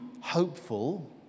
hopeful